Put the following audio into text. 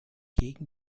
gegen